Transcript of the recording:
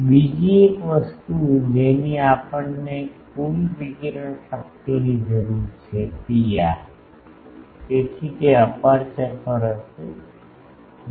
બીજી એક વસ્તુ જેની આપણને કુલ વિકિરણ શક્તિની જરૂર છે Pr તેથી તે અપેર્ચર પર હશે ડી